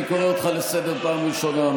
אני קורא אותך לסדר פעם ראשונה.